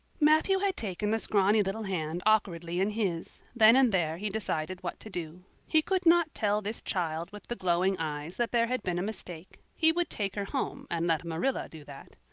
matthew had taken the scrawny little hand awkwardly in his then and there he decided what to do. he could not tell this child with the glowing eyes that there had been a mistake he would take her home and let marilla do that.